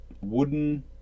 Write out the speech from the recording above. wooden